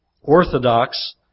orthodox